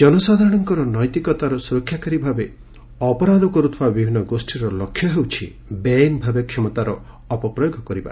ଜନସାଧାରଣଙ୍କ ନୈତିକତାର ସୁରକ୍ଷାକାରୀ ଭାବେ ଅପରାଧ କରୁଥିବା ବିଭିନ୍ନ ଗୋଷ୍ଠୀର ଲକ୍ଷ୍ୟ ହେଉଛି ବେଆଇନଭାବେ କ୍ଷମତାର ପ୍ରୟୋଗ କରିବ